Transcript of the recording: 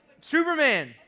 Superman